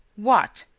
what!